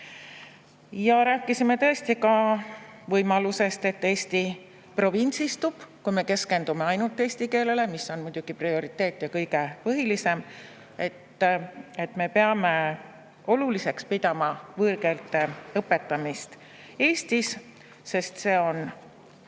Rääkisime tõesti ka võimalusest, et Eesti provintsistub, kui me keskendume ainult eesti keelele, mis on muidugi prioriteet ja kõige põhilisem, aga me peame oluliseks pidama võõrkeelte õpetamist Eestis, sest see on